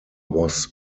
was